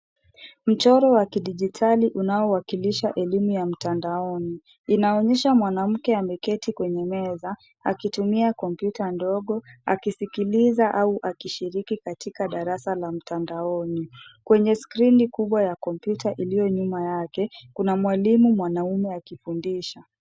Mchoro wa kidijitali unaowakilisha elimu ya mtandaoni, inaonyesha mwanamke ameketi kwenye meza, akitumia kompyuta ndogo akisikiliza au akishiriki katika darasa la mtandaoni. Kwenye skrini kubwa ya kompyuta iliyo nyuma yake, kuna mwalimu mwanaume akifundisha.